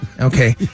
Okay